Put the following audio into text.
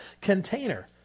container